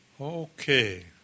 Okay